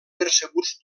percebuts